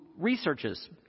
researches